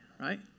Right